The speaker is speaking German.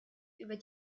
über